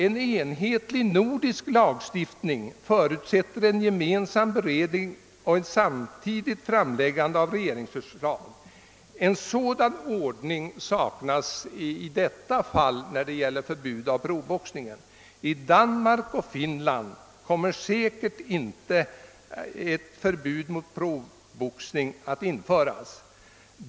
En enhetlig nordisk lagstiftning förutsätter en gemensam beredning och ett samtidigt framläggande av regeringsförslag. En sådan ordning saknas i detta fall. Danmark och Finland kommer säkert inte att införa ett förbud mot proffsboxningen.